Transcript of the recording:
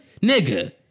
nigga